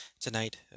tonight